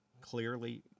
Clearly